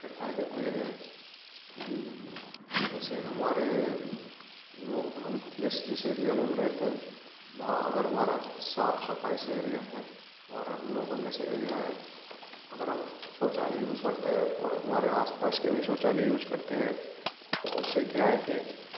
इसके फायदे तो ये हैं कि जैसे हमारे हम जिस एरिया में हम रहते हैं वहां अगर हमारा साफ सफाई से एरिया है हमारा ग्लोबल जैसे एरिया है अगर हम शौचालय यूज करते हैं और हमारे आसपास के भी यूज करते हैं तो उससे क्या है कि